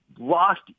Lost